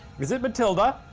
is it matilda?